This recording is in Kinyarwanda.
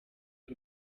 y’u